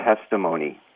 testimony